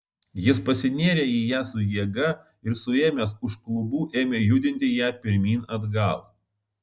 jis pasinėrė į ją su jėga ir suėmęs už klubų ėmė judinti ją pirmyn atgal